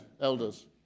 elders